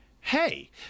Hey